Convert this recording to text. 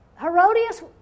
Herodias